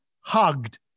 hugged